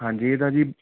ਹਾਂਜੀ ਇਹ ਤਾਂ ਜੀ